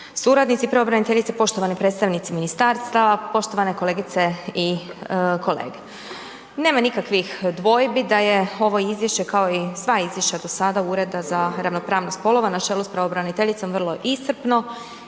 suradnici pravobraniteljice, poštovani predstavnici ministarstava, poštovane kolegice i kolege. Nema nikakvih dvojbi da je ovo Izvješće kao i sva izvješća do sada Ureda za ravnopravnost spolova na čelu sa pravobraniteljicom vrlo iscrpno